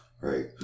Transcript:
Right